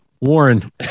Warren